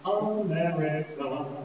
America